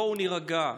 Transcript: בואו נירגע,